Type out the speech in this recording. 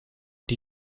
die